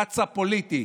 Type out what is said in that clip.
קצ"א פוליטי.